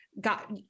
got